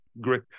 great